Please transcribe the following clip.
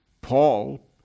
Paul